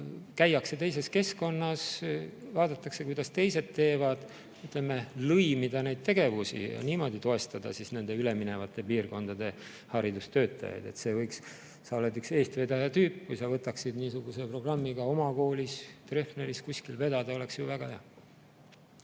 Käiakse teises keskkonnas, vaadatakse, kuidas teised teevad. [Võiks] lõimida neid tegevusi ja niimoodi toestada nende üleminevate piirkondade haridustöötajaid, see võiks olla. Sa oled üks eestvedaja tüüp, kui sa võtaksid niisuguse programmi ka oma koolis, Treffneris vedada, oleks ju väga hea.